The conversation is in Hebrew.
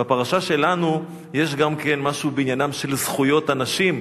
בפרשה שלנו יש גם כן משהו בעניינן של זכויות הנשים.